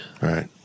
right